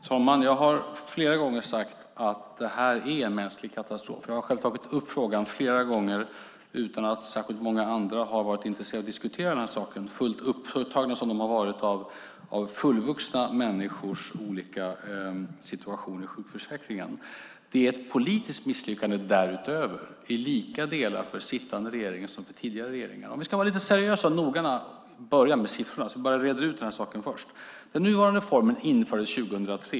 Fru talman! Jag har flera gånger sagt att det är en mänsklig katastrof. Jag har själv tagit upp frågan flera gånger utan att särskilt många andra har varit intresserade av att diskutera saken, fullt upptagna som de har varit av fullvuxna människors olika situation i sjukförsäkringen. Det är därutöver ett politiskt misslyckande - till lika del för sittande regeringar som för tidigare regeringar. För att vara lite seriösa och noggranna och börja med siffrorna och reda ut lite: Den nuvarande reformen infördes 2003.